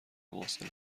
محسن